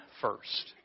first